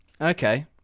Okay